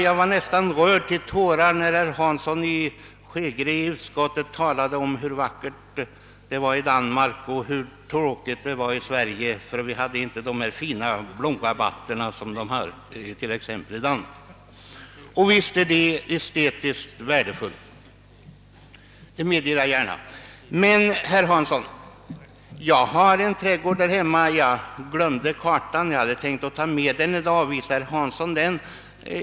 Jag var nästan rörd till tårar när herr Hansson i Skegrie i utskottet talade om hur vackert det var i Danmark och hur tråkigt det är i Sverige för att vi inte har de fina blomrabatter som man har t.ex. i Danmark. Visst är det estetiskt värdefullt med sådana rabatter, det medger jag gärna. Men, herr Hansson, jag har en trädgård där hemma. Jag har glömt kartan, som jag hade tänkt ta med i dag för att visa herr Hansson.